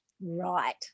right